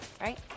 right